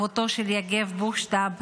אחותו של יגב בוכשטב,